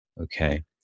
okay